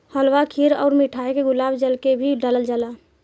हलवा खीर अउर मिठाई में गुलाब जल के भी डलाल जाला